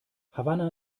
havanna